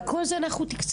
ואת כל זה אנחנו תקצבנו.